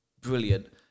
brilliant